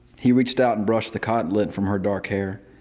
he reached out and brushed the cotton lint from her dark hair.